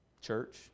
Church